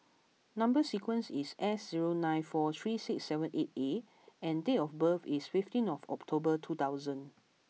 number sequence is S zero nine four three six seven eight A and date of birth is fifteen October two thousand